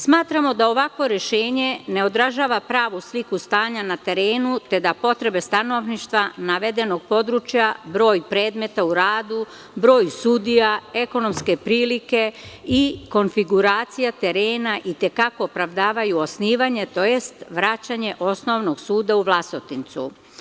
Smatramo da ovakvo rešenje ne odražava pravu slika stanja na terenu, te da potrebe stanovništva navedenog područja, broj predmeta u radu, broj sudija, ekonomske prilike i konfiguracija terena i te kako opravdavaju osnivanje tj. vraćanje Osnovnog suda u Vlasotincu.